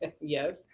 Yes